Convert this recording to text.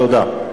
תודה.